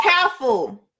careful